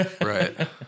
Right